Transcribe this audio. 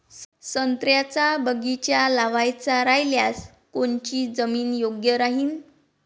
संत्र्याचा बगीचा लावायचा रायल्यास कोनची जमीन योग्य राहीन?